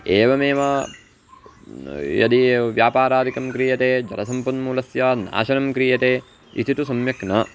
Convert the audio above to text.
एवमेव यदि व्यापारादिकं क्रियते जलसम्पन्मूलस्य नाशनं क्रियते इति तु सम्यक् न